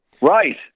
Right